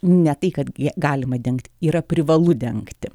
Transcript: ne tai kad ją galima dengti yra privalu dengti